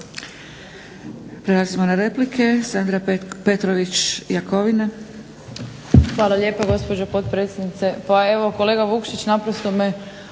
Prelazimo na replike. Sandra Petrović-Jakovina.